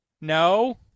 No